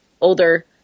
Older